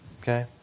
Okay